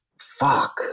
fuck